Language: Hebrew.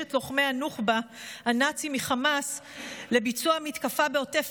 את לוחמי הנוח'בה הנאצים מחמאס לביצוע המתקפה בעוטף